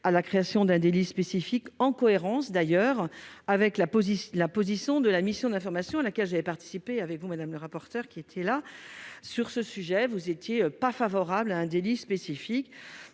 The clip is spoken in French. à la création d'un délit spécifique en cohérence, d'ailleurs avec la police, la position de la mission d'information à la cage avait participé avec vous madame le rapporteur qui était là, sur ce sujet, vous étiez pas favorable à un délit spécifique,